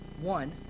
One